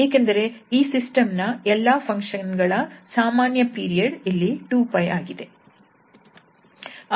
ಏಕೆಂದರೆ ಈ ಸಿಸ್ಟಮ್ ನ ಎಲ್ಲಾ ಫಂಕ್ಷನ್ ಗಳ ಸಾಮಾನ್ಯ ಪೀರಿಯಡ್ ಇಲ್ಲಿ 2𝜋 ಆಗಿದೆ